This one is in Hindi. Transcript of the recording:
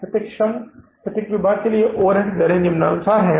प्रत्यक्ष श्रम के प्रत्येक विभाग के लिए ओवरहेड दरें निम्नानुसार हैं